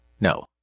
No